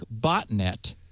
botnet